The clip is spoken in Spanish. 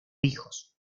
hijos